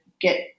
get